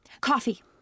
Coffee